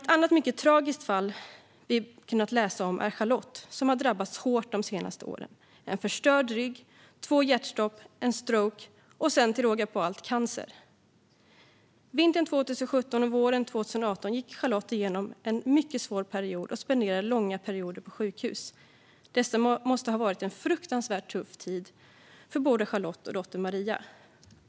Ett annat mycket tragiskt fall som vi har kunnat läsa om är Charlotte, som har drabbats hårt de senaste åren med en förstörd rygg, två hjärtstopp, en stroke och sedan till råga på allt cancer. Vintern 2017 och våren 2018 gick Charlotte igenom en mycket svår tid och spenderade långa perioder på sjukhus. Detta måste ha varit en fruktansvärt tuff tid för både Charlotte och dottern Maria.